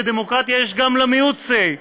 בדמוקרטיה יש גם למיעוט say,